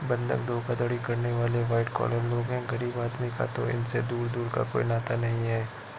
बंधक धोखाधड़ी करने वाले वाइट कॉलर लोग हैं गरीब आदमी का तो इनसे दूर दूर का कोई नाता नहीं है